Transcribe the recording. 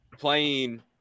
playing